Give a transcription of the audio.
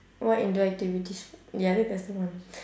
what indoor activities ya that doesn't count